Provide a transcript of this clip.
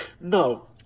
No